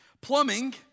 Plumbing